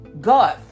God